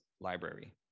library